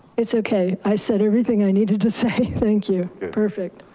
it's okay, i said everything i needed to say. thank you, perfect.